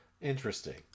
Interesting